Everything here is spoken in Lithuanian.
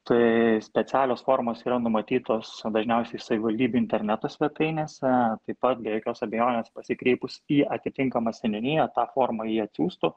tai specialios formos yra numatytos dažniausiai savivaldybių interneto svetainėse taip pat be jokios abejonės pasikreipus į atitinkamą seniūniją tą formą ji atsiųstų